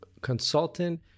consultant